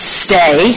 stay